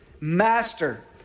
master